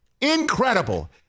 Incredible